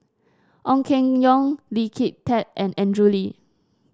Ong Keng Yong Lee Kin Tat and Andrew Lee